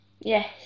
Yes